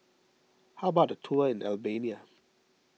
how about a tour in Albania